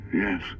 yes